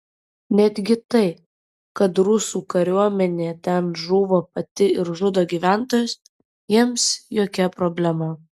netgi tai kad rusų kariuomenė ten žūva pati ir žudo gyventojus jiems jokia problema